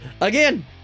Again